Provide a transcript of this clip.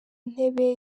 ntebe